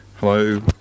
Hello